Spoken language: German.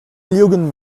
lügen